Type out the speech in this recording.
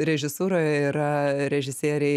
režisūroje yra režisieriai